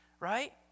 Right